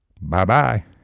Bye-bye